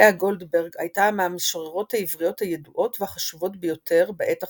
לאה גולדברג הייתה מהמשוררות העבריות הידועות והחשובות ביותר בעת החדשה,